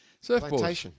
surfboard